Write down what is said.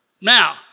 Now